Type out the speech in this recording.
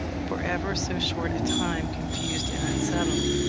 for ever so short a time, confused and unsettled.